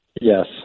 Yes